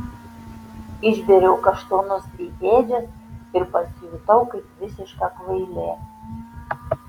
išbėriau kaštonus į ėdžias ir pasijutau kaip visiška kvailė